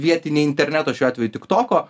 vietiniai interneto šiuo atveju tiktoko